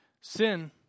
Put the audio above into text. Sin